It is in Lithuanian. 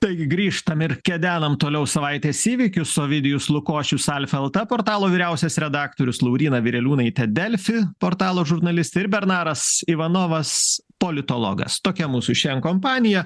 taigi grįžtam ir kedenam toliau savaitės įvykius ovidijus lukošius alfa lt portalo vyriausias redaktorius lauryna vireliūnaitė delfi portalo žurnalistė ir bernaras ivanovas politologas tokia mūsų šian kompanija